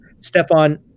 Stephon